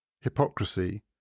Hypocrisy